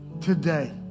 Today